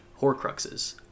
Horcruxes